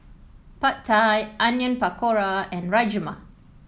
Pad Thai Onion Pakora and Rajma